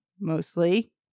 mostly